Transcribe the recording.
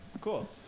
cool